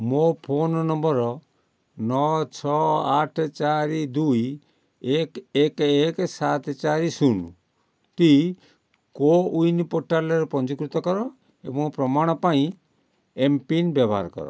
ମୋ phone number ନଅ ଛଅ ଆଠ ଚାରି ଦୁଇ ଏକ ଏକ ଏକ ସାତ ଚାରି ଶୂନଟି କୋୱିନ୍ ପୋର୍ଟାଲ୍ରେ ପଞ୍ଜୀକୃତ କର ଏବଂ ପ୍ରମାଣ ପାଇଁ ଏମ୍ ପିନ୍ ବ୍ୟବହାର କର